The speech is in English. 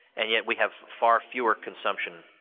and yet we have far fewer consumption.